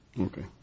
Okay